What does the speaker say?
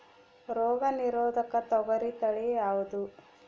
ರೋಗ ನಿರೋಧಕ ತೊಗರಿ ತಳಿ ಯಾವುದು?